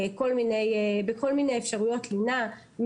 בכל מיני אפשרויות לינה,